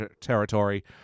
territory